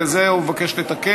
ואת זה הוא מבקש לתקן.